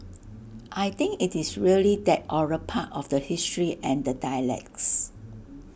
I think IT is really that oral part of the history and the dialects